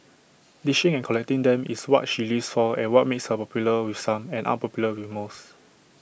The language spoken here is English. dishing and collecting them is what she lives saw and what makes her popular with some and unpopular with most